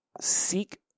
seek